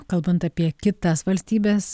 kalbant apie kitas valstybes